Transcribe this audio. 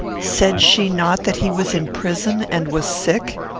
said she not that he was in prison and was sick?